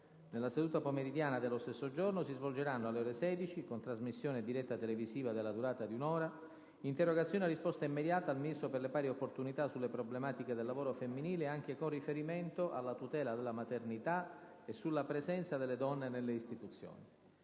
Nella seduta pomeridiana dello stesso giorno si svolgeranno, alle ore 16, con trasmissione in diretta televisiva della durata di un'ora, interrogazioni a risposta immediata al Ministro per le pari opportunità sulle problematiche del lavoro femminile anche con riferimento alla tutela della maternità e sulla presenza delle donne nelle istituzioni.